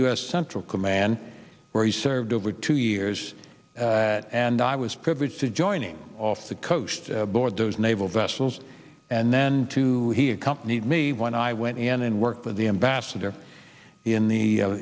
u s central command where he served over two years and i was privileged to joining off the coast board those naval vessels and then to he accompanied me when i went in and worked with the ambassador in the